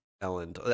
Ellen